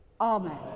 Amen